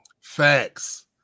facts